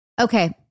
Okay